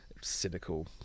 cynical